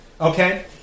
Okay